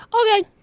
Okay